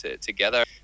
together